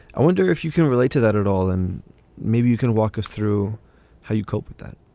i wonder if you can relate to that at all and maybe you can walk us through how you cope with that